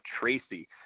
Tracy